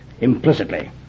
implicitly